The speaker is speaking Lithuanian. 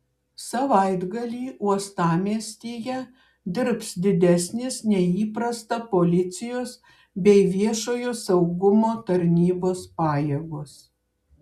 savaitgalį uostamiestyje dirbs didesnės nei įprasta policijos bei viešojo saugumo tarnybos pajėgos